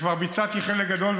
וכבר ביצעתי חלק גדול,